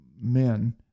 men